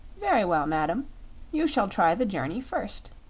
very well, madam you shall try the journey first,